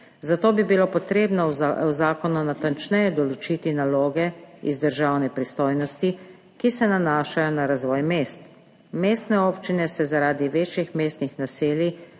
zato bi bilo potrebno v zakonu natančneje določiti naloge iz državne pristojnosti, ki se nanašajo na razvoj mest. Mestne občine se zaradi večjih mestnih naselij